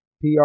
PR